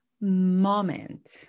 moment